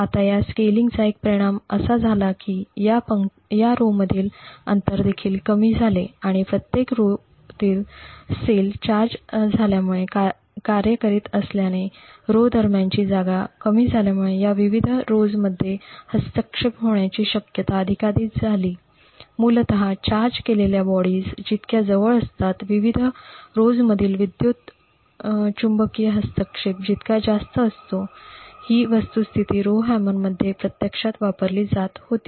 आता या स्केलिंगचा एक परिणाम असा झाला की या पंक्तींमधील अंतर देखील कमी झाले आणि प्रत्येक ओळीतील पेशी चार्ज झाल्यामुळे कार्य करीत असल्याने पंक्ती दरम्यानची जागा कमी झाल्यामुळे या विविध पंक्तींमध्ये हस्तक्षेप होण्याची शक्यता अधिकाधिक झाली मूलत चार्ज केलेल्या बॉडीज जितक्या जवळ असतात विविध पंक्तींमधील विद्युत चुंबकीय हस्तक्षेप तितका जास्त असतो ही वस्तुस्थिती रोव्हहॅमरमध्ये प्रत्यक्षात वापरली जात होती